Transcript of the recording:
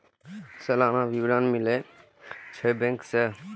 सलाना विवरण मिलै छै बैंक से?